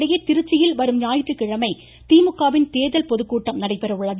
இதனிடையே திருச்சியில் வரும் ஞாயிற்றுக்கிழமை திமுக வின் தேர்தல் பொதுக்கூட்டம் நடைபெற உள்ளது